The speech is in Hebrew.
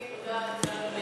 תודה, אדוני